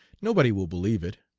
nobody will believe it.